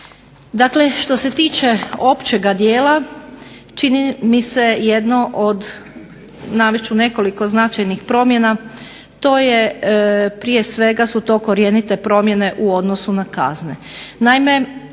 Dakle, što se tiče općega dijela čini mi se jedno od, navest ću nekoliko značajnih promjena, to je prije svega su to korijenite promjene u odnosu na kazne.